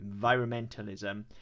environmentalism